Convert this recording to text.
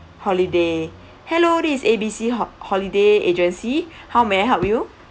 holiday hello this is A_B_C ho~ holiday agency how may I help you